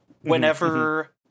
whenever